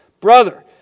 Brother